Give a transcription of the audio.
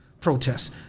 Protests